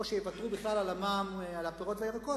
או שיוותרו בכלל על המע"מ על הפירות והירקות